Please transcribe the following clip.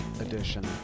edition